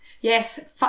Yes